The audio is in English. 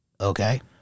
Okay